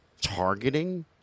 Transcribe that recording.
targeting